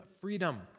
freedom